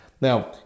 Now